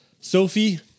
Sophie